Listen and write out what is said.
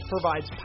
provides